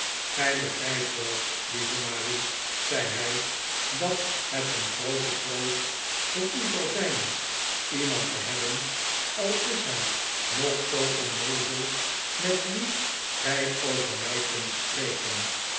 gij begrijpt wel lieve marie zei hij dat het een groote troost voor u zal zijn iemand te hebben al is hij nog zoo onnoozel met wien gij over mij kunt spreken